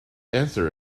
answer